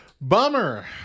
Bummer